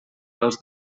als